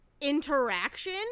interaction